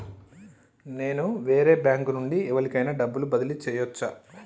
నేను వేరే బ్యాంకు నుండి ఎవలికైనా డబ్బు బదిలీ చేయచ్చా?